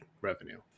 revenue